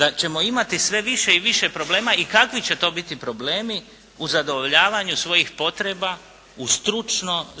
da ćemo imati sve više i više problema i kakvi će to biti problemi u zadovoljavanju svojih potreba